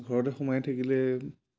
ঘৰতে সোমাই থাকিলে